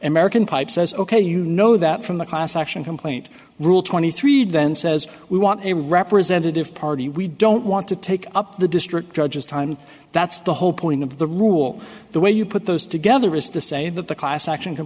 and merican pipe says ok you know that from the class action complaint rule twenty three then says we want a representative party we don't want to take up the district judges time that's the whole point of the rule the way you put those together is to say that the class action